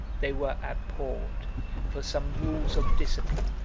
they were abhorred for some rules of discipline,